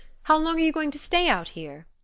how long are you going to stay out here?